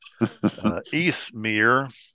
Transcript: Eastmere